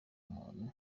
muntu